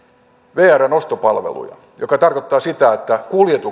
vrn ostopalveluja mikä tarkoittaa sitä että